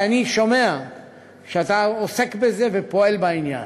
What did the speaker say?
שאני שומע שאתה עוסק בזה ופועל בעניין.